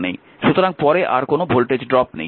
সুতরাং পরে আর কোনও ভোল্টেজ ড্রপ নেই